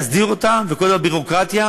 להסדיר את כל הביורוקרטיה,